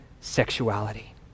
sexuality